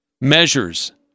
measures